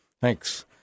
Thanks